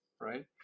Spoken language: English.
right